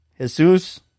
Jesus